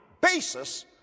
basis